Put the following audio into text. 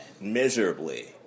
miserably